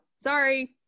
sorry